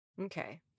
Okay